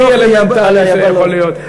הכי אלמנטרי שיכול להיות.